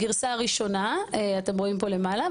הגירסה הראשונה אתם רואים פה למעלה.